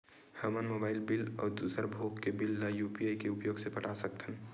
हमन mobile bill अउ दूसर भोग के बिल ला यू.पी.आई के उपयोग से पटा सकथन